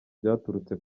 byaturutse